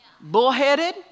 bullheaded